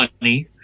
money